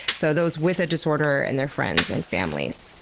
so those with a disorder and their friends and families?